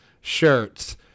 shirts